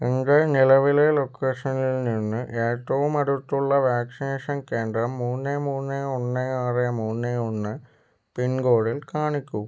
എൻ്റെ നിലവിലെ ലൊക്കേഷനിൽ നിന്ന് ഏറ്റവും അടുത്തുള്ള വാക്സിനേഷൻ കേന്ദ്രം മൂന്ന് മൂന്ന് ഒന്ന് ആറ് മൂന്ന് ഒന്ന് പിൻകോഡിൽ കാണിക്കൂ